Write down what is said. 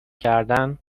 کردن